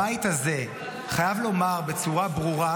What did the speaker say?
הבית הזה חייב לומר בצורה ברורה,